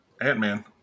Ant-Man